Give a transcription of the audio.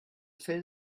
fell